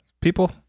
people